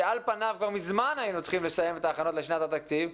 שעל פניו כבר מזמן היינו צריכים לסיים את ההכנות לשנת התקציב,